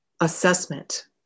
assessment